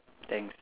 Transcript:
thanks